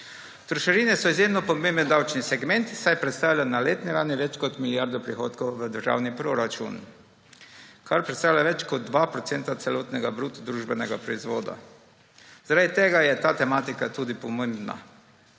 Trošarine so izjemno pomemben davčni segment, saj predstavlja na letni ravni več kot milijardo prihodkov v državni proračun, kar predstavlja več kot 2 % celotnega bruto družbenega proizvoda. Zaradi tega je ta tematika tudi pomembna.